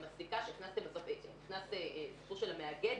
היה הסיפור עם הסליקה שנכנס הסיפור של המאגד.